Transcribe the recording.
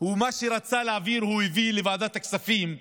מה שהוא רצה להעביר הוא הביא לוועדת הכספים,